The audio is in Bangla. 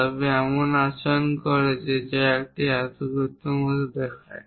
তবে এটি এমন আচরণ করে বা এটি একটি আয়তক্ষেত্রের মতো দেখায়